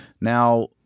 Now